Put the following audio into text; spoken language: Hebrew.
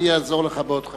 אני אעזור לך בעוד חמישה.